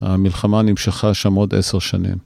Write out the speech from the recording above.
המלחמה נמשכה שם עוד עשר שנים.